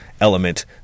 element